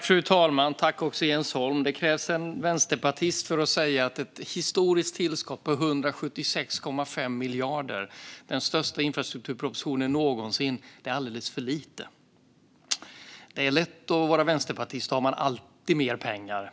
Fru talman! Det krävs en vänsterpartist för att säga att ett historiskt tillskott på 176,5 miljarder, den största infrastrukturpropositionen någonsin, är alldeles för lite. Det är lätt att vara vänsterpartist, för då har man alltid mer pengar.